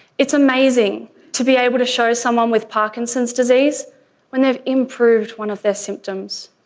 it's amazing to be able to show someone with parkinson's disease when they've improved one of their symptoms.